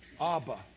Abba